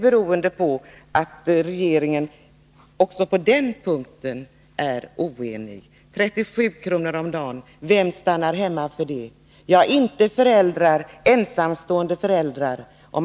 Beror det på att regeringen också på den punkten är oenig? 37 kr. om dagen — vem stannar hemma för det beloppet? Ja, inte ensamstående föräldrar.